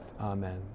Amen